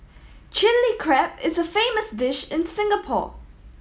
Chilli Crab is a famous dish in Singapore